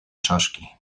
czaszki